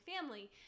family